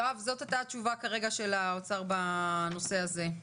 יואב זאת הייתה התשובה כרגע של האוצר בנושא הזה.